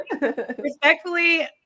respectfully